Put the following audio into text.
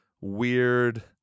weird